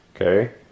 okay